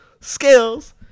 skills